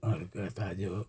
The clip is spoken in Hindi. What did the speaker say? और कहता है जो